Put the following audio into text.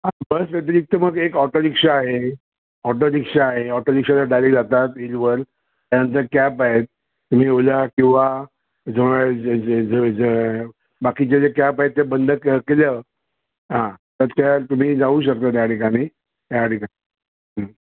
हां बस व्यतिरिक्त मग एक ऑटोरिक्षा आहे ऑटोरिक्षा आहे ऑटोरिक्षाला डायरेक्ट जातात हिलवर त्यांतर कॅप आहेत तुम्ही ओला किंवा जवळ आहेत जे जे जे जे बाकी जे जे कॅप आहेत ते बंद क केलं हां तर त्या तुम्ही जाऊ शकता त्या ठिकाणी त्या ठिका णी